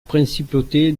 principauté